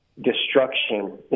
destruction